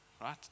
right